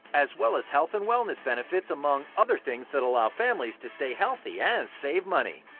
as well as health and wellness benefits among other things that allow families to stay healthy and save money.